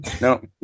no